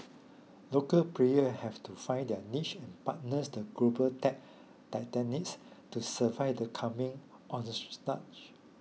local player have to find their niche and partners the global tech to survive the coming